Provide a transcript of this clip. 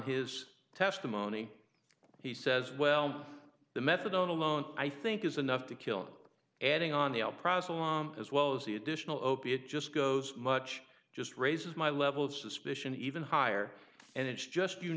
his testimony he says well the methadone alone i think is enough to kill him adding on the out proselyte as well as the additional opiate just goes much just raises my level of suspicion even higher and it's just you